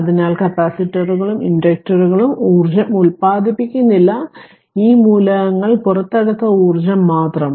അതിനാൽ കപ്പാസിറ്ററുകളും capacitor ഇൻഡക്ടറുകളും ഊർജ്ജം ഉൽപാദിപ്പിക്കുന്നില്ല ഈ മൂലകങ്ങൾ പുറത്തെടുത്ത ഊർജ്ജം മാത്രം